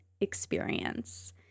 experience